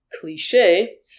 cliche